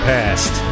Past